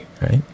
right